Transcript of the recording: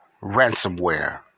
ransomware